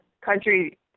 country